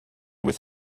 with